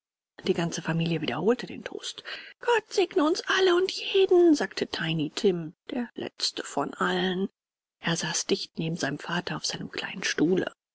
die ganze familie wiederholte den toast gott segne uns alle und jeden sagte tiny tim der letzte von allen er saß dicht neben seinem vater auf seinem kleinen stuhle